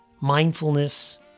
mindfulness